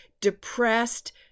depressed